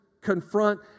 confront